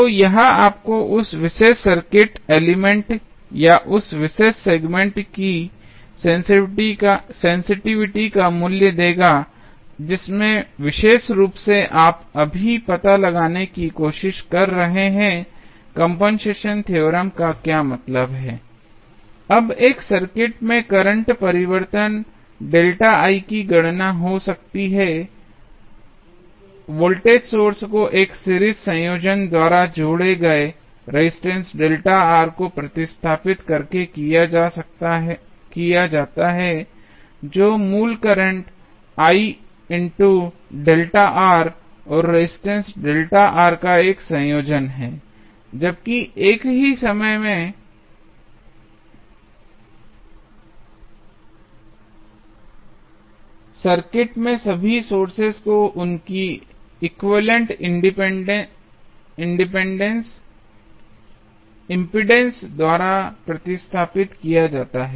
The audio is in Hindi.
तो यह आपको उस विशेष सर्किट एलिमेंट या उस विशेष सेगमेंट की सेंसिटिविटी का मूल्य देगा जिसमें विशेष रूप से आप अभी पता लगाने की कोशिश कर रहे हैं कंपनसेशन थ्योरम का क्या मतलब है अब एक सर्किट में करंट परिवर्तन की गणना हो सकती है वोल्टेज सोर्स को एक सीरीज संयोजन द्वारा जोड़े गए रेजिस्टेंस को प्रतिस्थापित करके किया जाता है जो मूल करंट I ΔR और रेजिस्टेंस का एक संयोजन है जबकि एक ही समय में सर्किट में सभी सोर्सेज को उनके एक्विवैलेन्ट इम्पीडेन्सेस द्वारा प्रतिस्थापित किया जाता है